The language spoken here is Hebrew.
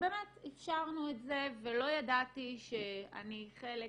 ובאמת אפשרנו את זה ולא ידעתי שאני חלק,